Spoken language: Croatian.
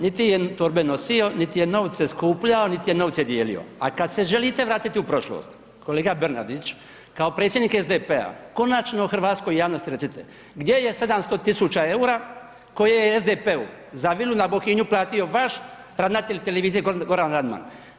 Niti je torbe nosio niti je novce skupljao niti je novce dijelio a kad se želite vratiti u prošlost, kolega Bernardić, kao predsjednik SDP-a, konačno hrvatskoj javnosti recite gdje je 700 000 eura koje je SDP-u za vilu na Bohinju platio vaš ravnatelj televizije Goran Radman?